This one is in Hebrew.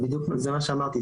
זה מה שאמרתי.